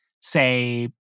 say